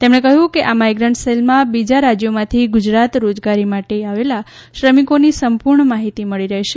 તેમણે કહ્યું કે આ માઇગ્રન્ટ સેલમાં બીજા રાજ્યોમાંથી ગુજરાત રોજગારી માટે આવેલા શ્રમિકોની સંપૂર્ણ માહિતી મળી રહેશે